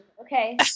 Okay